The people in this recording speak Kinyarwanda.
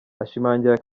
ashimangira